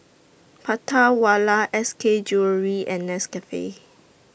Prata Wala S K Jewellery and Nescafe